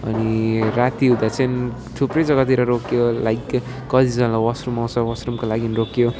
अनि राती हुँदा चाहिँ थुप्रै जग्गातिर रोक्यो लाइक कति जग्गा वासरुम आउँछ वासरुमको लागिन् रोक्यो